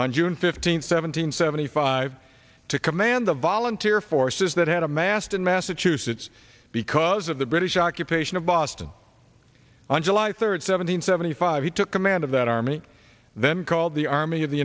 on june fifteenth seven hundred seventy five to command the volunteer forces that had amassed in massachusetts because of the british occupation of boston on july third seven hundred seventy five he took command of that army then called the army of the